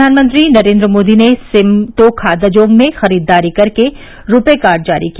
प्रधानमंत्री नरेंद्र मोदी ने सिमटोखा दजोंग में खरीदारी कर के रूपे कार्ड जारी किया